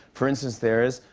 for instance, there's,